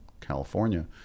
california